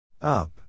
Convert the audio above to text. Up